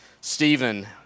Stephen